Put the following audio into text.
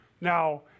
Now